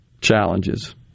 challenges